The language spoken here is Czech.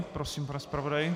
Prosím, pane zpravodaji.